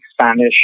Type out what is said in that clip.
Spanish